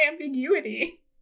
ambiguity